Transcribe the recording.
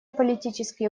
политические